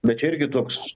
bet irgi toks